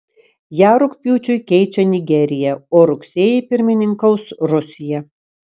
ją rugpjūčiui keičia nigerija o rugsėjį pirmininkaus rusija